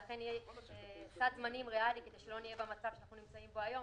אכן יהיה סד זמנים ריאלי כדי שלא נהיה במצב שאנחנו בו היום,